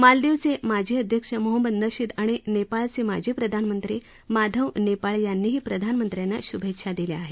मालदीवचे माजी राष्ट्रपती मोहम्मद नशीद आणि नेपाळचे माजी प्रधानमंत्री माधव नेपाळ यांनीही प्रधानमंत्र्यांना शभेच्छा दिल्या आहेत